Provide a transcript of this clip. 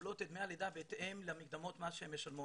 מקבלות את דמי הלידה בהתאם למקדמות מה שהן משלמות.